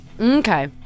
Okay